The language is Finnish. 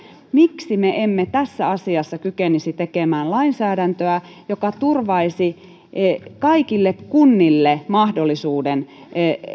miksi me emme tässä asiassa kykenisi tekemään lainsäädäntöä joka turvaisi kaikille kunnille mahdollisuuden